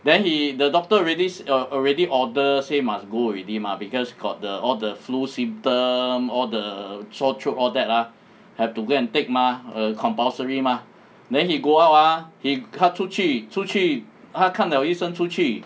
then he the doctor already err already order say must go already mah because got the all the flu symptoms all the sore throat all that ah have to go and take mah err compulsory mah then he go out ah he 他出去出去他看了医生出去